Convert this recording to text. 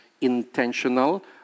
intentional